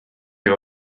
you